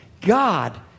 God